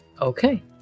Okay